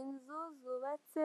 Inzu zubatse